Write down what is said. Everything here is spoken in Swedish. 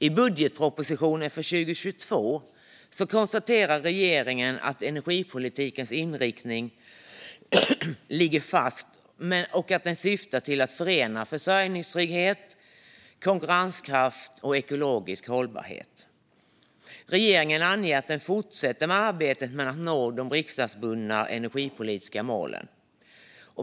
I budgetpropositionen för 2022 konstaterar regeringen att energipolitikens inriktning ligger fast och att den syftar till att förena försörjningstrygghet, konkurrenskraft och ekologisk hållbarhet. Regeringen anger att den fortsätter med arbetet med att nå de riksdagsbundna energipolitiska målen.